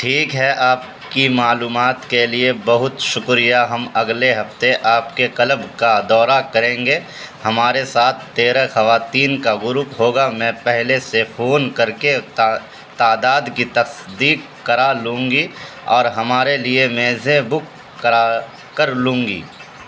ٹھیک ہے آپ کی معلومات کے لیے بہت شکریہ ہم اگلے ہفتے آپ کے کلب کا دورہ کریں گے ہمارے ساتھ تیرہ خواتین کا گروپ ہوگا میں پہلے سے فون کر کے تعداد کی تصدیق کرا لوں گی اور ہمارے لیے میزیں بک کرا کر لوں گی